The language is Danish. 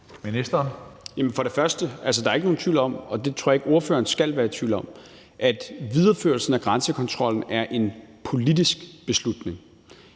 Hummelgaard): Der er ikke nogen tvivl om, og det tror jeg ikke ordføreren skal være i tvivl om, at videreførelsen af grænsekontrollen er en politisk beslutning.